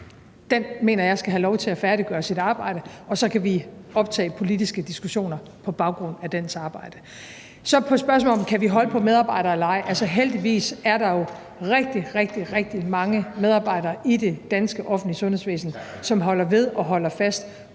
Den mener jeg skal have lov til at færdiggøre sit arbejde, og så kan vi optage politiske diskussioner på baggrund af dens arbejde. Til spørgsmålet, om vi kan holde på medarbejdere eller ej, vil jeg sige, at der jo heldigvis er rigtig, rigtig mange medarbejdere i det offentlige danske sundhedsvæsen, som holder ved og holder fast,